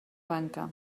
banca